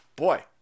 Boy